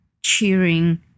cheering